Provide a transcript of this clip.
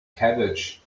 cabbage